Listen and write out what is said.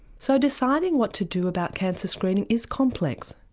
so deciding what to do about cancer screening is complex.